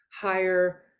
higher